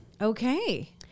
Okay